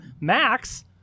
Max